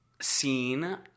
scene